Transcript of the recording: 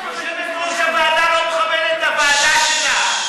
--- יושבת-ראש הוועדה לא מכבדת את הוועדה שלה.